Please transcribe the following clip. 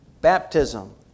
baptism